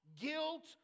Guilt